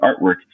artwork